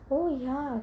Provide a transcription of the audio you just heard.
oh ya